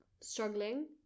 struggling